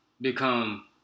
become